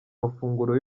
mafunguro